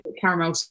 caramel